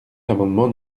l’amendement